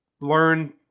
learn